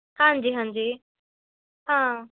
ਹਾਂਜੀ ਹਾਂਜੀ ਹਾਂ